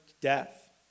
death